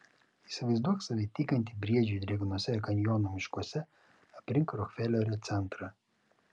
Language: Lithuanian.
įsivaizduok save tykantį briedžių drėgnuose kanjono miškuose aplink rokfelerio centrą